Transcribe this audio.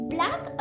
Black